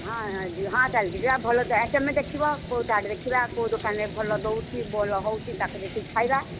ହଁ ହଁ ଚାଲିକି ଯିବା ଭଲ ତୁମେ ଦେଖିବ କେଉଁ ଚାଟ୍ ଦେଖିବା କେଉଁ ଦୋକାନରେ ଭଲ ଦେଉଛି ଭଲ ହେଉଛି ତାକୁ ଦେଖିକି ଖାଇବା